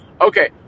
Okay